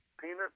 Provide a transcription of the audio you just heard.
peanut